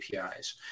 APIs